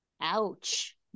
Ouch